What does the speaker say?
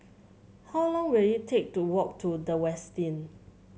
how long will it take to walk to The Westin